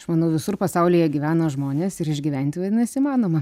aš manau visur pasaulyje gyvena žmonės ir išgyventi vadinasi įmanoma